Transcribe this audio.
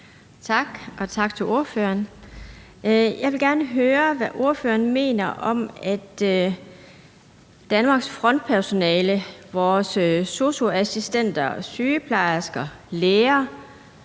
Tak, og tak til ordføreren. Jeg vil gerne høre, hvad ordføreren mener om, at Danmarks frontpersonale – vores sosu-assistenter, sygeplejersker, læger,